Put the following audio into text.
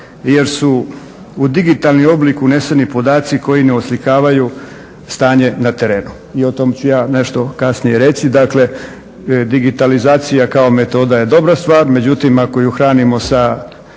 jer su u digitalni oblik uneseni podaci koji ne oslikavaju stanje na terenu i o tome ću ja nešto kasnije reći. Dakle digitalizacija kao metoda je dobra stvar međutim ako ju hranimo sa